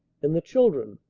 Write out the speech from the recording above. and the children,